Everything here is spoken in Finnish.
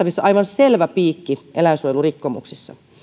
oli nähtävissä aivan selvä piikki eläinsuojelurikkomuksissa